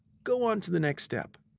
go on to the next step.